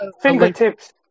fingertips